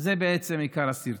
זה בעצם עיקר הסרטון.